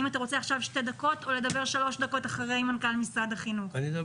האם אתה רוצה עכשיו שתי דקות או לדבר שלוש דקות אחרי מנכ"ל משרד החינוך?